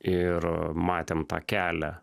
ir matėm tą kelią